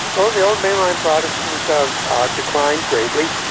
well, the old mainline protestants have ah declined greatly.